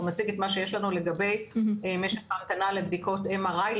נציג את מה שיש לנו לגבי משך ההמתנה לבדיקות MRI,